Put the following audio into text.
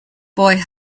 boy